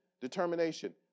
determination